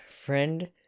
friend